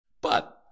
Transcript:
But-